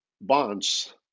bonds